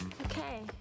Okay